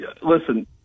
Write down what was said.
listen